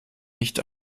nicht